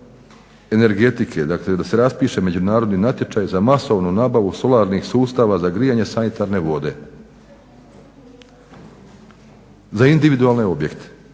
energetike. Dakle da se raspiše međunarodni natječaj za masovnu nabavu solarnih sustava za grijanje sanitarne vode za individualne objekte.